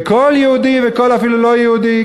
וכל יהודי וכל אפילו לא-יהודי,